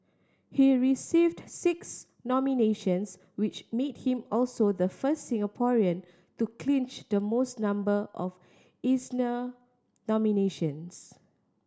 he received six nominations which made him also the first Singaporean to clinch the most number of Eisner nominations